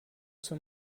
zur